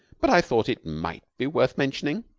but i thought it might be worth mentioning.